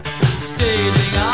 Stating